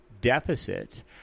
deficit